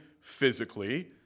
physically